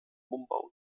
umbau